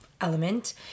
element